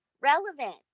Relevant